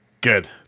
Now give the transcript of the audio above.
Good